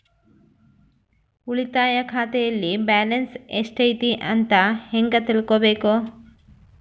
ಉಳಿತಾಯ ಖಾತೆಯಲ್ಲಿ ಬ್ಯಾಲೆನ್ಸ್ ಎಷ್ಟೈತಿ ಅಂತ ಹೆಂಗ ತಿಳ್ಕೊಬೇಕು?